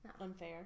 unfair